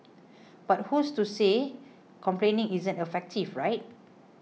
but who's to say complaining isn't effective right